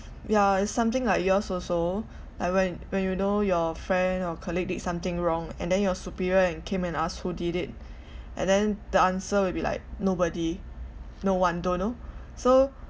it's something like yours also like when when you know your friend or colleague did something wrong and then your superior and came and ask who did it and then the answer will be like nobody no one don't know so